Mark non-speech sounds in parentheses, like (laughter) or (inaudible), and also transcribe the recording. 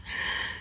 (breath)